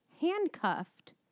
Handcuffed